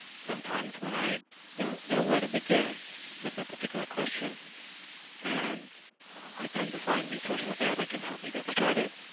sometimes when i don't know where to begin with a particular question and i tend to find resources there that can help me get started.